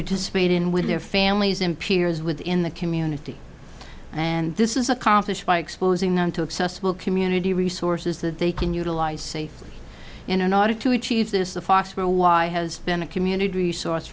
participate in with their families in peers within the community and this is accomplished by exposing them to accessible community resources that they can utilize safely and in order to achieve this a fox where y has been a community resource